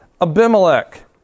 Abimelech